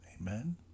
Amen